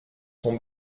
sont